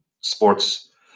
sports